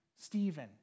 Stephen